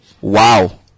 Wow